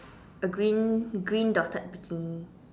a green green dotted bikini